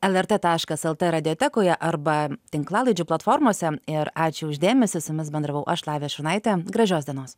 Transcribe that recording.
lrt taškas lt radiotekoje arba tinklalaidžių platformose ir ačiū už dėmesį su jumis bendravau aš lavija šurnaitė gražios dienos